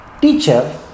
teacher